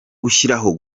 gushyiraho